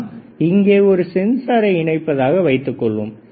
நாம் இங்கே ஒரு சென்சாரை இணைப்பதாக வைத்துக் கொள்வோம்